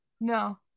No